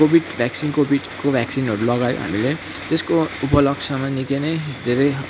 Covid vaccine कोविडको भ्याकसिनहरू लगायो हामीले त्यसको उपलक्षमा निक्कै नै धेरै